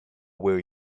where